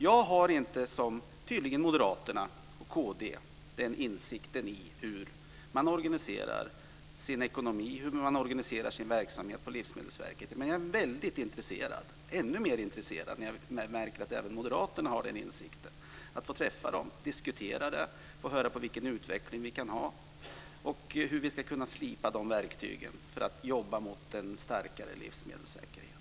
Jag har inte, som tydligen Moderaterna och kd, den insikten i hur Livsmedelsverket organiserar sin ekonomi och verksamhet. Men jag är intresserad av - ännu mer intresserad när jag märker att Moderaterna har den insikten - att få träffa företrädare för verket och diskutera utvecklingen och hur vi ska slipa verktygen för att jobba för en starkare livsmedelssäkerhet.